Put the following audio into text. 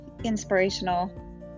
inspirational